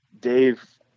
Dave